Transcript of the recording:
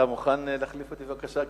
אתה מוכן להחליף אותי בבקשה?